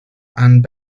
and